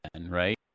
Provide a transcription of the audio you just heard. right